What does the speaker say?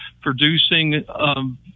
producing